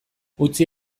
utzi